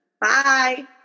Bye